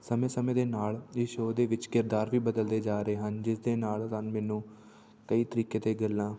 ਸਮੇਂ ਸਮੇਂ ਦੇ ਨਾਲ ਇਹ ਸ਼ੋਅ ਦੇ ਵਿੱਚ ਕਿਰਦਾਰ ਵੀ ਬਦਲਦੇ ਜਾ ਰਹੇ ਹਨ ਜਿਸ ਦੇ ਨਾਲ ਰਨ ਮੈਨੂੰ ਕਈ ਤਰੀਕੇ ਅਤੇ ਗੱਲਾਂ